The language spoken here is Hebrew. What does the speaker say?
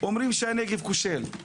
אומרים שהנגב כושל.